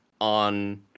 on